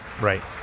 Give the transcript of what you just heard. Right